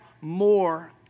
more